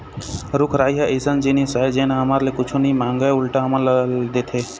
रूख राई ह अइसन जिनिस आय जेन ह हमर ले कुछु नइ मांगय उल्टा हमन ल देथे